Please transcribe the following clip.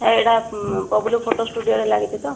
ଏଇଟା ବବଲୁ ଫଟୋ ଷ୍ଟୁଡ଼ିଓରେ ଲାଗିଛି ତ